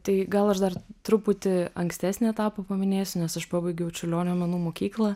tai gal aš dar truputį ankstesnį etapą paminėsiu nes aš pabaigiau čiurlionio menų mokyklą